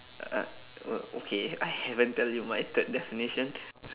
uh o~ okay I haven't tell you my third definition